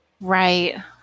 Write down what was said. Right